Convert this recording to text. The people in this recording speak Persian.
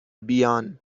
بیان